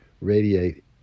radiate